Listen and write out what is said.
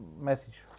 message